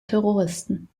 terroristen